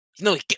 No